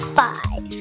five